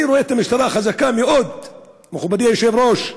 אני רואה את המשטרה חזקה מאוד, מכובדי היושב-ראש,